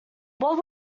what